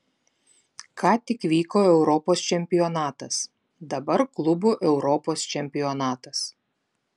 ką tik vyko europos čempionatas dabar klubų europos čempionatas